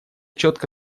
четко